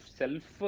self